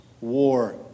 war